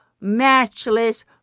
matchless